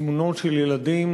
התמונות של ילדים,